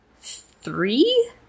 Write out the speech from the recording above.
three